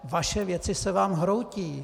Vaše věci se vám hroutí.